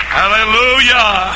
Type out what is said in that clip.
hallelujah